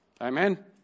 Amen